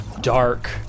dark